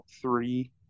three